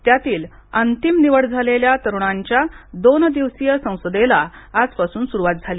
त्यातील अंतिम निवड झालेल्या तरूणांच्या दोन दिवसीय संसदेला आजपासून सुरूवात झाली